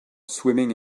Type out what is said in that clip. swimming